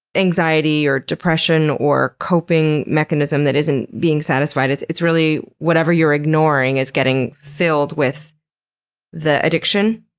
anxiety or depression or coping mechanism that isn't being satisfied. it's it's really whatever you're ignoring is getting filled with the addiction?